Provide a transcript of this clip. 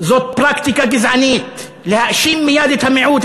זאת פרקטיקה גזענית להאשים מייד את המיעוט,